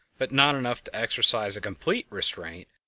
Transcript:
but not enough to exercise a complete restraint,